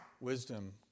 Wisdom